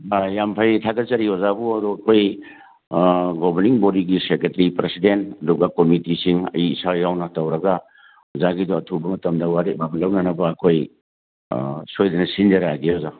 ꯑꯥ ꯌꯥꯝ ꯐꯩ ꯊꯥꯒꯠꯆꯔꯤ ꯑꯣꯖꯥꯕꯨ ꯑꯗꯣ ꯑꯩꯈꯣꯏ ꯒꯣꯕꯔꯅꯤꯡ ꯕꯣꯗꯤꯒꯤ ꯁꯦꯀ꯭ꯔꯦꯇꯔꯤ ꯄ꯭ꯔꯁꯤꯗꯦꯟ ꯑꯗꯨꯒ ꯀꯃꯤꯇꯤꯁꯤꯡ ꯑꯩ ꯏꯁꯥ ꯌꯥꯎꯅ ꯇꯧꯔꯒ ꯑꯣꯖꯥꯒꯤꯗꯣ ꯑꯊꯨꯕ ꯃꯇꯝꯗ ꯋꯥꯔꯦꯞ ꯑꯃ ꯂꯧꯅꯅꯕ ꯑꯩꯈꯣꯏ ꯁꯣꯏꯗꯅ ꯁꯤꯟꯖꯔꯛꯑꯒꯦ ꯑꯣꯖꯥ